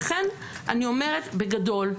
לכן אני אומרת בגדול,